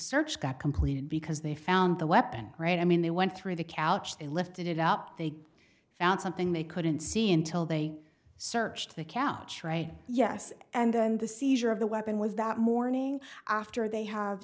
search got completed because they found the weapon right i mean they went through the couch they lifted it up they found something they couldn't see until they searched the couch right yes and the seizure of the weapon was that morning after they have